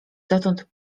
dotąd